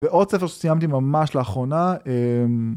ועוד ספר שסיימתי ממש לאחרונה.